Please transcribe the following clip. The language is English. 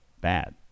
bad